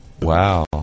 Wow